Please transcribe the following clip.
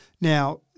Now